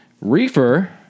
Reefer